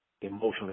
emotionally